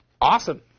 Awesome